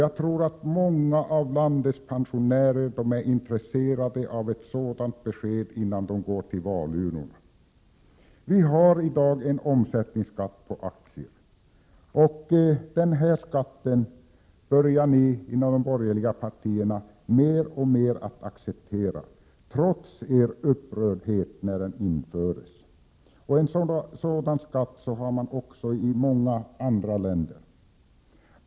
Jag tror att även många av landets pensionärer är intresserade av ett sådant besked innan de går till valurnorna. Vi har i dag en omsättningsskatt på aktier. Denna skatt börjar ni inom de borgerliga partierna att alltmer acceptera, trots er upprördhet när den infördes. En sådan skatt har man också i många andra länder.